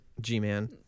G-Man